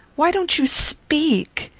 why don't you speak?